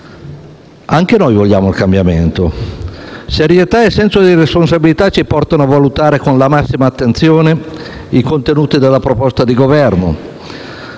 Anche noi vogliamo il cambiamento. Serietà e senso di responsabilità ci portano a valutare con la massima attenzione i contenuti della proposta di Governo,